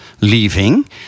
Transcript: leaving